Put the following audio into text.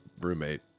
roommate